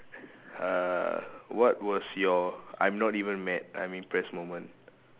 uh what was your I'm not even mad I'm impressed moment